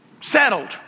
settled